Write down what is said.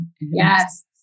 Yes